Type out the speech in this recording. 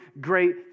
great